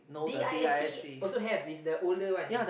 D_I_S_C also have is the older one